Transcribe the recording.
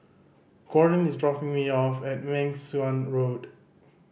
Gordon is dropping me off at Meng Suan Road